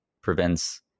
prevents